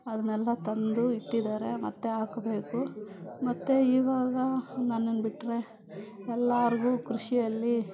ಅದನೆಲ್ಲ ತಂದು ಇಟ್ಟಿದ್ದಾರೆ ಮತ್ತೆ ಹಾಕ್ಬೇಕು ಮತ್ತು ಇವಾಗ ನನ್ನನ್ನ ಬಿಟ್ಟರೆ ಎಲ್ಲರ್ಗೂ ಕೃಷಿಯಲ್ಲಿ